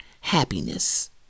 happiness